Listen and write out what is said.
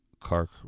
car